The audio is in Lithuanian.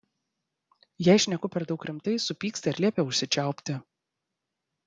jei šneku per daug rimtai supyksta ir liepia užsičiaupti